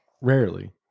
Rarely